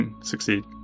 succeed